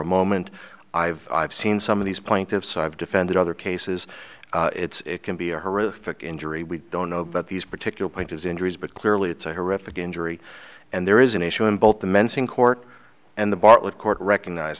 a moment i've i've seen some of these plaintiffs i've defended other cases it's can be a horrific injury we don't know about these particular point his injuries but clearly it's a horrific injury and there is an issue in both the mensing court and the bartlett court recognize